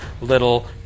little